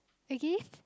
okay